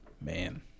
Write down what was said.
Man